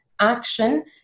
action